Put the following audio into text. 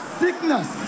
sickness